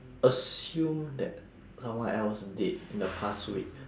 assume that someone else did in the past week